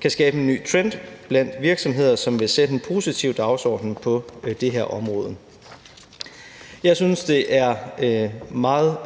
kan skabe en ny trend blandt virksomheder, som vil sætte en positiv dagsorden på det her område. Jeg synes, det er et meget